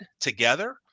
together